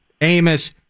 Amos